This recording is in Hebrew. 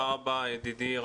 תודה רבה ידידי,